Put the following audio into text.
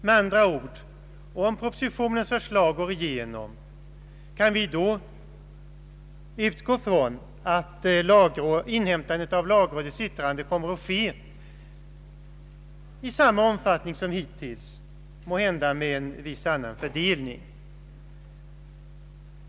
Med andra ord: om propositionens förslag går igenom, kan vi då utgå ifrån att inhämtandet av lagrådets yttrande kommer att ske i samma omfattning som hittills, måhända med en viss annan fördelning?